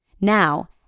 Now